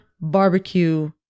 barbecue